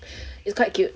it's quite cute